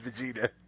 Vegeta